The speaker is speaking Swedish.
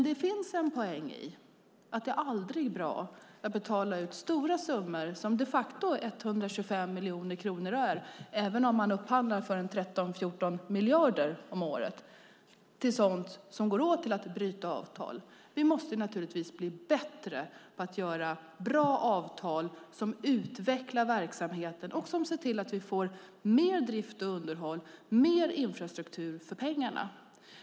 Det finns en poäng i att det aldrig är bra att betala ut stora summor - vilket 125 miljoner kronor de facto är, även om man upphandlar för 13-14 miljarder om året - för att bryta avtal. Vi måste naturligtvis bli bättre på att göra bra avtal som utvecklar verksamheten och som ser till att vi får mer drift och underhåll och mer infrastruktur för pengarna.